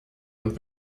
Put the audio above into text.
und